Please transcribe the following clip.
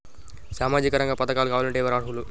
సామాజిక రంగ పథకాలు కావాలంటే ఎవరు అర్హులు?